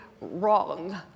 wrong